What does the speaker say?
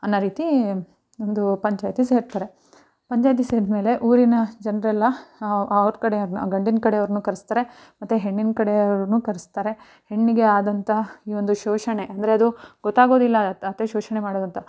ಅನ್ನೊ ರೀತಿ ಒಂದು ಪಂಚಾಯಿತಿ ಸೇರ್ತಾರೆ ಪಂಚಾಯಿತಿ ಸೇರಿದಮೇಲೆ ಊರಿನ ಜನರೆಲ್ಲ ಅವ್ರ ಕಡೆಯವ್ರನ್ನು ಗಂಡಿನ ಕಡೆಯವ್ರನ್ನು ಕರೆದ್ತಾರೆ ಮತ್ತು ಹೆಣ್ಣಿನ ಕಡೆಯವ್ರನ್ನು ಕರೆಸ್ತಾರೆ ಹೆಣ್ಣಿಗೆ ಆದಂಥ ಈ ಒಂದು ಶೋಷಣೆ ಅಂದರೆ ಅದು ಗೊತ್ತಾಗೋದಿಲ್ಲ ಅತ್ತೆ ಶೋಷಣೆ ಮಾಡೋದಂತ